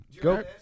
Go